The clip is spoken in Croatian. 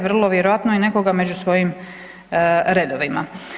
Vrlo vjerojatno je nekoga među svojim redovima.